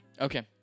Okay